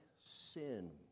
sin